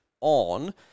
on